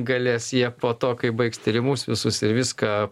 galės jie po to kai baigs tyrimus visus ir viską